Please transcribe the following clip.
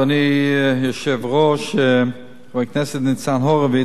אדוני היושב-ראש, חבר הכנסת ניצן הורוביץ,